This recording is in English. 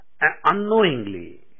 unknowingly